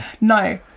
no